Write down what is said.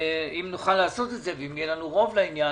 אם נוכל לעשות את זה ואם יהיה לנו רוב לעניין.